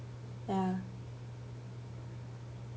ya